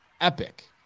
epic